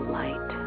light